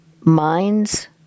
minds